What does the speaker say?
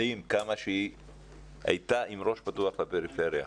מדהים כמה שהיא הייתה עם ראש פתוח לפריפריה.